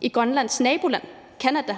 i Grønlands naboland Canada